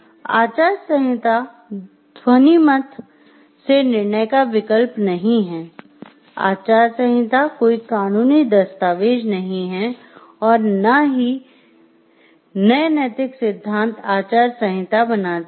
"आचार संहिता" ध्वनिमत से निर्णय का विकल्प नहीं है "आचार संहिता" कोई कानूनी दस्तावेज नहीं है और न ही नए नैतिक सिद्धांत आचार संहिता बनाती है